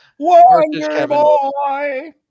Wonderboy